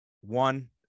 one